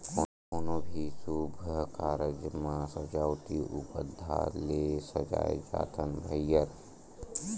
कोनो भी सुभ कारज म सजावटी पउधा ले सजाए जाथन भइर